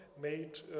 made